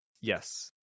Yes